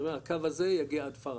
הקו הזה יגיע עד פארן,